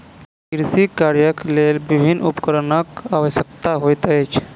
कृषि कार्यक लेल विभिन्न उपकरणक आवश्यकता होइत अछि